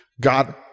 God